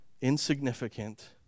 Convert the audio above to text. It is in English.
insignificant